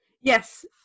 yes